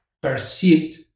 perceived